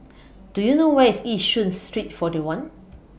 Do YOU know Where IS Yishun Street forty one